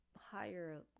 higher